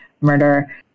murder